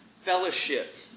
fellowship